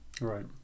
Right